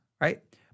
right